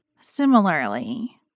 Similarly